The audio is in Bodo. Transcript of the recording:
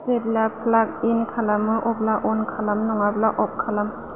जेब्ला प्लाग इन खालामो अब्ला अन खालाम नङाब्ला अफ खालाम